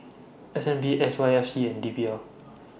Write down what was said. S N B S Y F C and P D L